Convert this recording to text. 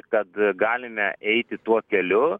kad galime eiti tuo keliu